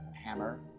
Hammer